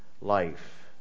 life